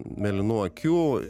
mėlynų akių